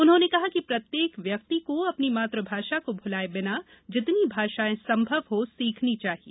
उन्होंने कहा कि प्रत्येक व्यक्ति को अपनी मातृभाषा को भुलाये बिना जितनी भाषायें संभव हो सीखनी चाहिए